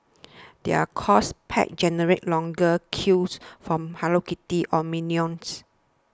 their course packs generate longer queues from Hello Kitty or minions